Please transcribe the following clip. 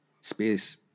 space